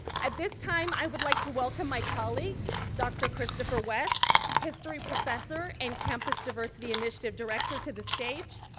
at this time i would like to welcome my colleague dr. christopher west, history professor and campus diversity initiative director, to the stage.